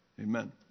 Amen